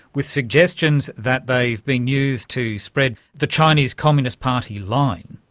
with suggestions that they've been used to spread the chinese communist party line.